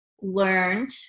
learned